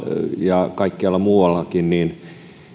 ja kaikkialla muuallakin